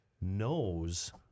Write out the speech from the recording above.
knows